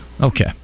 Okay